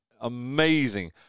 amazing